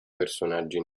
personaggi